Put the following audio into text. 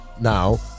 Now